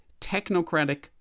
technocratic